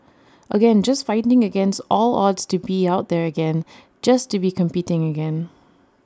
again just fighting against all odds to be out there again just to be competing again